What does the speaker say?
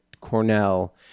Cornell